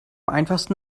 einfachsten